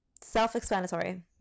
Self-explanatory